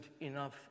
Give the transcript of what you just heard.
enough